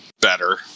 better